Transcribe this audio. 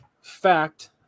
fact